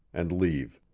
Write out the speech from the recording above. and leave.